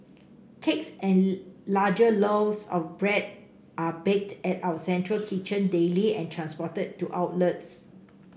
cakes and larger loaves of bread are baked at our central kitchen daily and transported to outlets